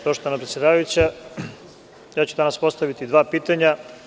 Poštovana predsedavajuća, ja ću danas postaviti dva pitanja.